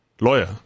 lawyer